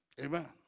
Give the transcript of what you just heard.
Amen